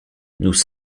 nous